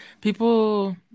People